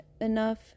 enough